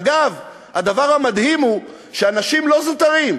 אגב, הדבר המדהים הוא שאנשים לא זוטרים,